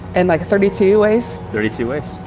and like thirty two waist? thirty two waist.